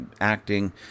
acting